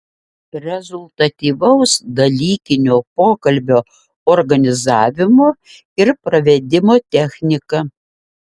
rezultatyvaus dalykinio pokalbio organizavimo ir pravedimo technika